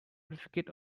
certificate